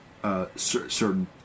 Certain